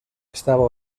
estaba